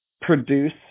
produce